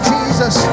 Jesus